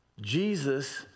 Jesus